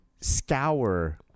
scour